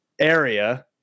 area